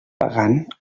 pagant